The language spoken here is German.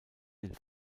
den